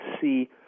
see